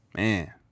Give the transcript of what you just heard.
Man